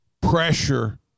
pressure